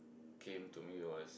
came to me was